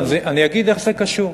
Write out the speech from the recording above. קשור.